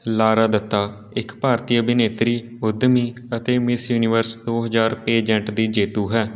ਲਾਰਾ ਦੱਤਾ ਇੱਕ ਭਾਰਤੀ ਅਭਿਨੇਤਰੀ ਉੱਦਮੀ ਅਤੇ ਮਿਸ ਯੂਨੀਵਰਸ ਦੋ ਹਜ਼ਾਰ ਪੇਜੈਂਟ ਦੀ ਜੇਤੂ ਹੈ